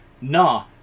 Nah